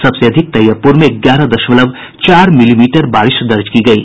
सबसे अधिक तैयबपूर में ग्यारह दशमलव चार मिलीमीटर बारिश दर्ज की गयी